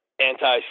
Anti